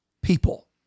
people